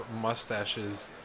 mustaches